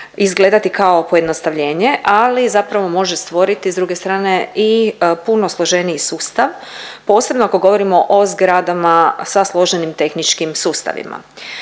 izgledati kao pojednostavljenje, ali zapravo može stvoriti s druge strane i puno složeniji sustav posebno ako govorimo o zgradama sa složenim tehničkim sustavima.